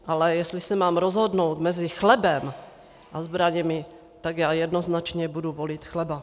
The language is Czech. Ale jestli se mám rozhodnout mezi chlebem a zbraněmi, tak já jednoznačně budu volit chleba.